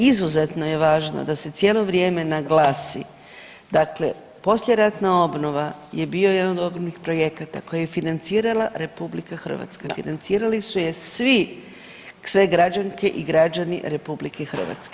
Izuzetno je važno da se cijelo vrijeme naglasi, dakle poslijeratna obnova je bio jedan od onih projekata koji je financirala RH, financirali su je svi, sve građanke i građani RH.